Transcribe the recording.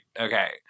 okay